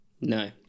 No